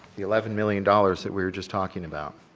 the eleven million dollars that we're just talking about.